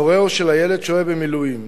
הורהו של הילד, שוהה במילואים.